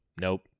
nope